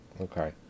Okay